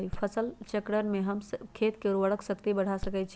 फसल चक्रण से हम खेत के उर्वरक शक्ति बढ़ा सकैछि?